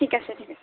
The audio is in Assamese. ঠিক আছে ঠিক আছে